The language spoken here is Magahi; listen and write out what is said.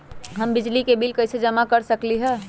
हम बिजली के बिल कईसे जमा कर सकली ह?